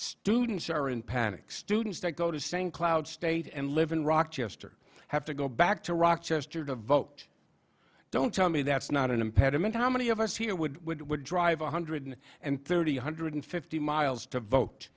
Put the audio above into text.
students are in panic students to go to st cloud state and live in rochester have to go back to rochester to vote don't tell me that's not an impediment how many of us here would would would drive one hundred and thirty one hundred fifty miles to vote